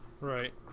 Right